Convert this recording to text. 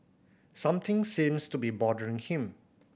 something seems to be bothering him